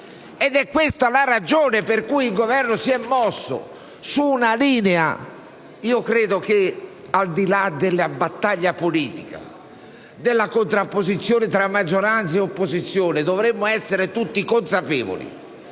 È questa la ragione per cui il Governo si è mosso su una linea. Credo che, al di là della battaglia politica e della contrapposizione tra maggioranza e opposizione, dovremmo essere tutti consapevoli